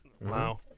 Wow